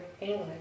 England